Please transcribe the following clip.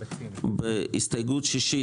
הסתייגות שישית,